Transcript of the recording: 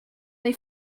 they